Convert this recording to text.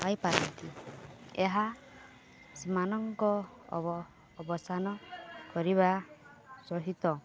ପାଇପାରନ୍ତି ଏହା ସେମାନଙ୍କ ଅବ ଅବସାନ କରିବା ସହିତ